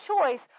choice